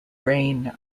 reign